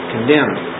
Condemned